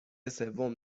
سوم